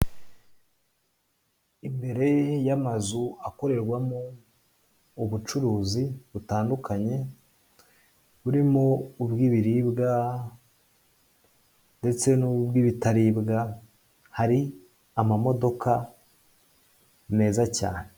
Imbere y'amazu akorerwamo ubucuruzi butandukanye, burimo ubw'ibiribwa ndetse n'ubw'ibitaribwa, hari amamodoka meza cyane.